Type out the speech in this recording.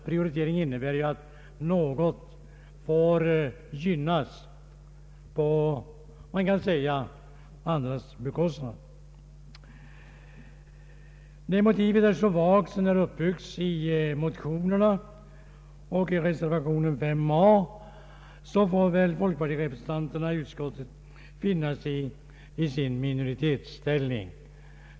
Prioritering innebär ju att något får gynnas på andras bekostnad. När motivet är så vagt som det har byggts upp i motionerna och i reservationen a, får väl folkpartirepresentanterna i utskottet finna sig i sin minoritetsställning.